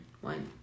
One